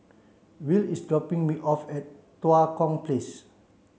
Will is dropping me off at Tua Kong Place